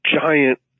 giant